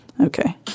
Okay